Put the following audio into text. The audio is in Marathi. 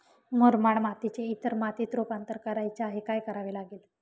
मुरमाड मातीचे इतर मातीत रुपांतर करायचे आहे, काय करावे लागेल?